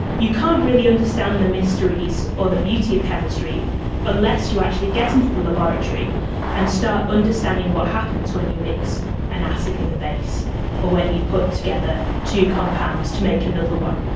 you can't really understand the mysteries or the beauty of chemistry unless you actually get into the laboratory and start understanding what happens when you mix an acid with a base or when you put together two compounds to make another one.